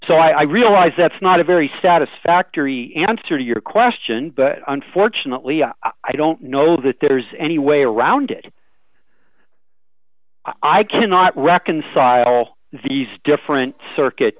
so i realize that's not a very satisfactory answer to your question but unfortunately i don't know that there's any way around it i cannot reconcile all these different circuit